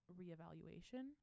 reevaluation